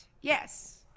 Yes